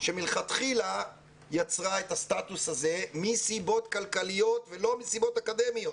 שמלכתחילה יצרה את הסטטוס הזה מסיבות כלכליות ולא מסיבות אקדמיות.